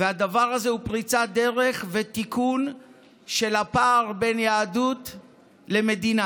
והדבר הזה הוא פריצת דרך ותיקון של הפער בין יהדות למדינה.